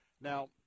Now